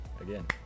Again